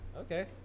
Okay